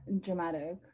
dramatic